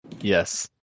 yes